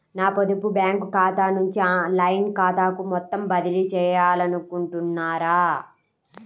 నా పొదుపు బ్యాంకు ఖాతా నుంచి లైన్ ఖాతాకు మొత్తం బదిలీ చేయాలనుకుంటున్నారా?